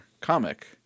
comic